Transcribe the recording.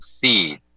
seed